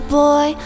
boy